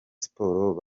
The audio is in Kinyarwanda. sports